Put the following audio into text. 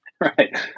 Right